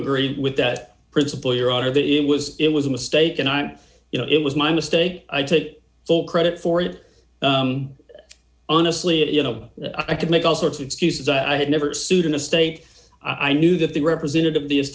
agree with that principle your honor that it was it was a mistake and i'm you know it was my mistake i take full credit for it honestly it you know i could make all sorts of excuses i had never sued in a state i knew that the representative the